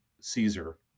Caesar